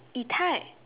Yi-Tai